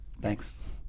Thanks